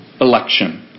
election